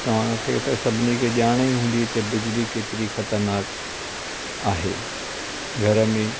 तव्हांखे त सभिनी खे ॼाण ई हूंदी त बिजली केतरी ख़तरनाक आहे घर में